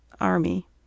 Army